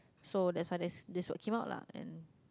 so that's why that this word came out lah and